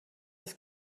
ist